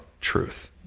truth